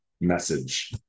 message